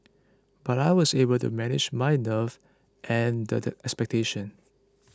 but I was able to manage my nerves and the expectations